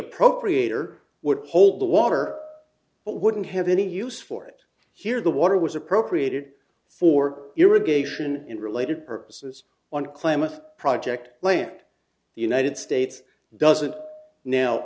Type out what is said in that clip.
appropriator would hold the water but wouldn't have any use for it here the water was appropriated for irrigation and related purposes on klamath project land the united states doesn't now